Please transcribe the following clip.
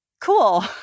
cool